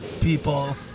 people